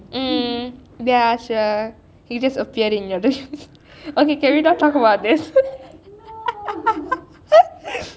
hmm ya sure he looks okay ~ okay okay okay can we don't talk about this